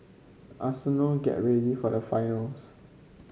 Arsenal get ready for the finals